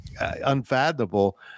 unfathomable